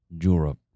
Europe